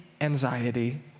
anxiety